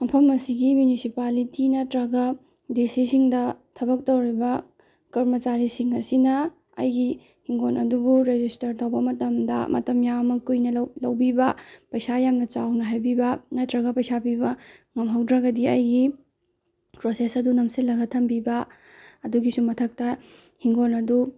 ꯃꯐꯝ ꯑꯁꯤꯒꯤ ꯃꯤꯌꯨꯅꯤꯁꯤꯄꯥꯂꯤꯇꯤ ꯅꯠꯇ꯭ꯔꯒ ꯗꯤ ꯁꯤ ꯁꯤꯡꯗ ꯊꯕꯛ ꯇꯪꯔꯤꯕ ꯀꯔꯃꯥꯆꯥꯔꯤꯁꯤꯡ ꯑꯁꯤꯅ ꯑꯩꯒꯤ ꯍꯤꯡꯒꯣꯜ ꯑꯗꯨꯕꯨ ꯔꯦꯖꯤꯁꯇꯔ ꯇꯪꯕ ꯃꯇꯝꯗ ꯃꯇꯝ ꯌꯥꯝꯅ ꯀꯨꯏꯅ ꯂꯧ ꯂꯧꯕꯤꯕ ꯄꯩꯁꯥ ꯌꯥꯝꯅ ꯆꯥꯎꯅ ꯍꯥꯏꯕꯤꯕ ꯅꯠꯇ꯭ꯔꯒ ꯄꯩꯁꯥ ꯄꯤꯕ ꯉꯝꯍꯧꯗ꯭ꯔꯒꯗꯤ ꯑꯩꯒꯤ ꯄ꯭ꯔꯣꯁꯦꯁ ꯑꯗꯨ ꯅꯝꯁꯤꯜꯂꯒ ꯊꯝꯕꯤꯕ ꯑꯗꯨꯒꯤꯁꯨ ꯃꯊꯛꯇ ꯍꯤꯡꯒꯣꯜ ꯑꯗꯨ